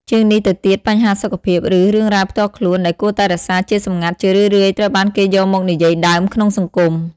ជាងនេះទៅទៀតបញ្ហាសុខភាព ឬរឿងរ៉ាវផ្ទាល់ខ្លួនដែលគួរតែរក្សាជាសម្ងាត់ ជារឿយៗត្រូវបានគេយកមកនិយាយដើមក្នុងសង្គម។